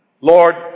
Lord